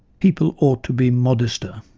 people ought to be modester'.